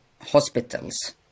hospitals